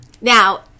Now